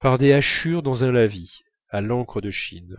par des hachures dans un lavis à l'encre de chine